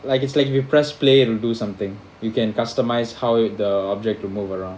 like it's like if you press play and do something you can customise how the object to move around